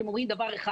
שרואים דבר אחד: